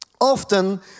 Often